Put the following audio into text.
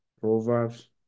proverbs